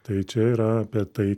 tai čia yra apie tai